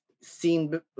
seen